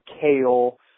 kale